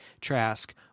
Trask